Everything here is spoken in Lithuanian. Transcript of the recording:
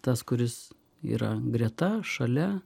tas kuris yra greta šalia